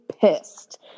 pissed